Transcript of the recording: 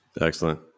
Excellent